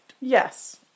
Yes